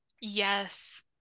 yes